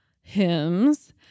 hymns